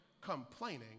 complaining